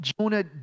Jonah